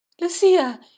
Lucia